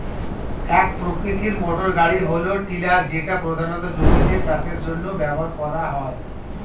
এক প্রকৃতির মোটরগাড়ি হল টিলার যেটা প্রধানত জমিতে চাষের জন্য ব্যবহার করা হয়